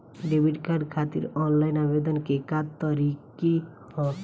Debit card खातिर online आवेदन के का तरीकि ह?